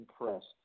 impressed